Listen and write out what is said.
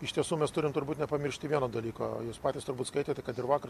iš tiesų mes turim turbūt nepamiršti vieno dalyko jūs patys turbūt skaitėte kad ir vakar